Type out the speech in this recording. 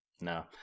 No